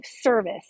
service